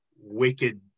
Wicked